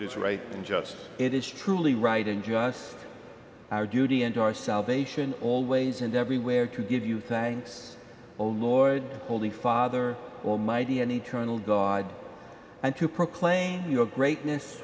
is right and just it is truly right in just our duty and our salvation always and everywhere to give you thanks only lord holy father almighty and eternal god and to proclaim your greatness